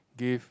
give